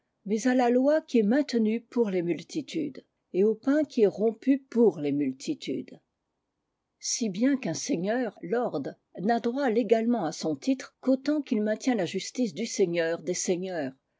mais à la loi qui est maintenue pour les multitudes et au pain qui est rompu pour les multitudes si bien qu'un seigneur lord n'a droit légalement à son titre qu'autant qu'il maintient la justice du seigneur des seigneurs